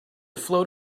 float